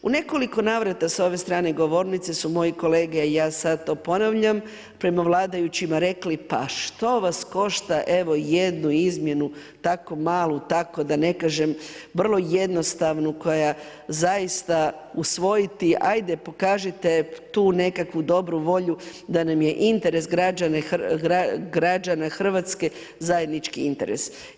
U nekoliko navrata s ove strane govornice su moji kolege i ja sad to ponavljam, prema vladajućima rekli pa što vas košta evo jednu izmjenu tako malu, tako da ne kažem vrlo jednostavnu koja zaista usvojiti, ajde pokažite tu nekakvu dobru volju da nam je interes građana Hrvatske zajednički interes.